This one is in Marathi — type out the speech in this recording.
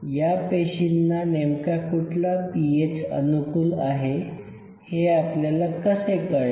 या पेशींना नेमका कुठला पीएच अनुकूल आहे हे आपल्याला कसे कळेल